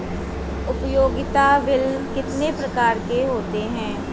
उपयोगिता बिल कितने प्रकार के होते हैं?